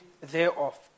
thereof